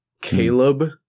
Caleb